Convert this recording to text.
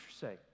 say